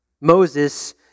Moses